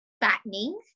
fattening